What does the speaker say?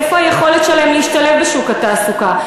איפה היכולת שלהם להשתלב בשוק התעסוקה?